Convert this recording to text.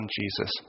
Jesus